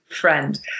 friend